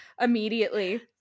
immediately